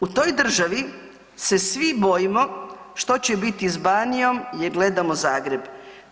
U toj državi se svi bojimo što će biti s Banijom jer gledamo Zagreb.